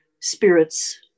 spirits